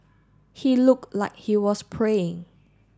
he looked like he was praying